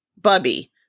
Bubby